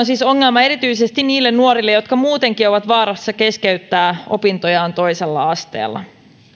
siis ongelma erityisesti niille nuorille jotka muutenkin ovat vaarassa keskeyttää opintojaan toisella asteella